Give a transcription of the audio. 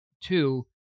Two